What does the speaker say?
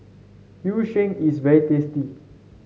Yu Sheng is very tasty